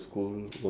work